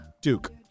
Duke